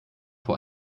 vor